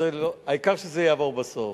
העיקר שזה יעבור בסוף.